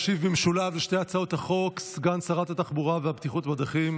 ישיב במשולב על שתי הצעות החוק סגן שרת התחבורה והבטיחות בדרכים